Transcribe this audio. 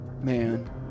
man